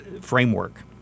framework